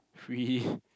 free